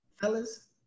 Fellas